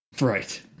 Right